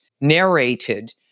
narrated